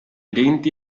denti